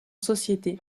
société